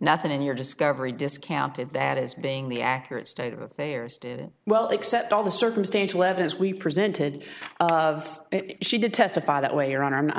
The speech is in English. nothing in your discovery discounted that is being the accurate state of affairs did it well except all the circumstantial evidence we presented of it she did testify that way or